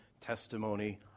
testimony